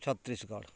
Chhattisgarh